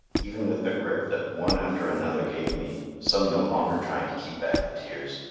even with the grip that one after another gave me, some no longer trying to keep back the tears,